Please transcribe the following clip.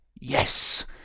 yes